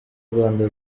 rwanda